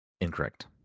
Incorrect